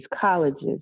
colleges